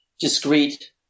discreet